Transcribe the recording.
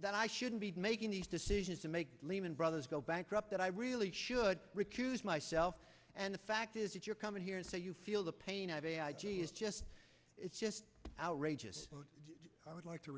that i shouldn't be making these decisions to make lehman brothers go bankrupt that i really should recuse myself and the fact is if you're coming here and say you feel the pain of a i g is just it's just outrageous i would like to